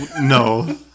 No